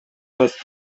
эмес